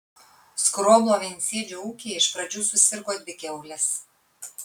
skroblo viensėdžio ūkyje iš pradžių susirgo dvi kiaulės